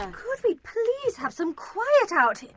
um could we please have some quiet out,